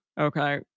okay